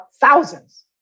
Thousands